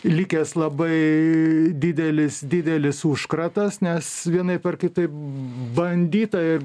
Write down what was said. likęs labai didelis didelis užkratas nes vienaip ar kitaip bandyta ir